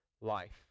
life